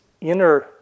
inner